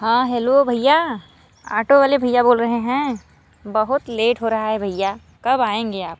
हाँ हेलो भैया ऑटो वाले भैया बोल रहे हैं बहुत लेट हो रहा है भैया कब आएंगे आप